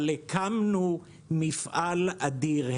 אבל הקמנו מפעל אדיר,